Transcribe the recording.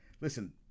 listen